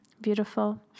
Beautiful